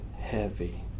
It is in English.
heavy